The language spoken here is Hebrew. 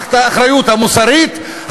האחריות המוסרית,